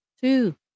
two